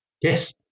Yes